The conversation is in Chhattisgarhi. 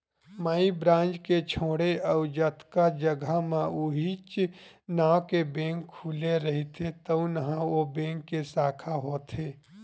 माई ब्रांच के छोड़े अउ जतका जघा म उहींच नांव के बेंक खुले रहिथे तउन ह ओ बेंक के साखा होथे